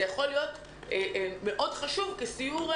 זה יכול להיות חשוב מאוד כסיור,